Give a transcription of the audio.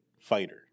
fighter